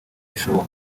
rishoboka